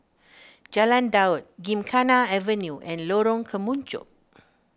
Jalan Daud Gymkhana Avenue and Lorong Kemunchup